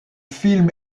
film